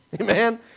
Amen